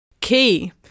Key